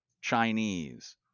Chinese